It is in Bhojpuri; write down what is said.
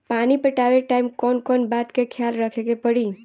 पानी पटावे टाइम कौन कौन बात के ख्याल रखे के पड़ी?